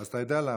אז אתה יודע למה.